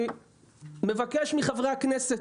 אני מבקש מחברי הכנסת: